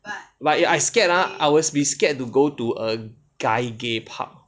but ya I scared ah I will be scared to go to a guy gay pub